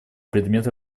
предмет